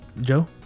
Joe